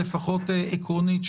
לפחות עקרונית,